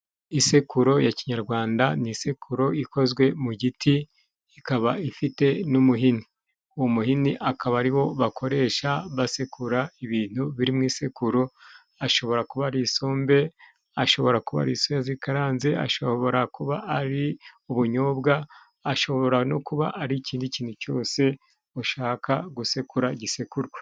Isekuro ya kinyarwanda ni isekuro ikozwe mu giti ikaba ifite n'umuhini. Umuhini akaba aribo bakoresha basekura ibintu biri mu isekuro, ashobora kuba ari isombe, ashobora kuba ari soya zikaranze, ashobora kuba ari ubunyobwa, ashobora no kuba ari ikindi kintu cyose ushaka gusekura gisekururwa.